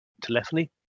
telephony